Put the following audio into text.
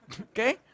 Okay